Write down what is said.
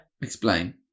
Explain